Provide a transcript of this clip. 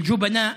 אל-ג'ובנה,